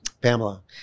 pamela